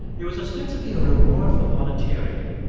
it was ostensibly a reward for volunteering,